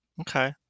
Okay